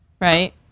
Right